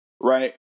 right